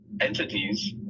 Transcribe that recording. entities